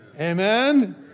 Amen